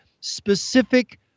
specific